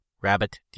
rabbit